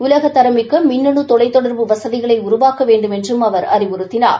உலகத்தரமிக்க மின்னனு தொலைத் தொடர்பு வசதிகளை உருவாக்க வேண்டுமென்றும் அவர் அறிவுறுத்தினார்